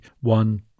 One